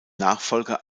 nachfolger